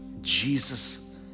Jesus